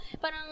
Parang